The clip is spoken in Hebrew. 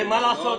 אין מה לעשות.